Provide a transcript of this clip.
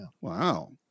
Wow